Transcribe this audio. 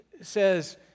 says